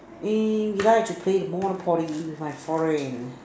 we we like to play the Monopoly with my friend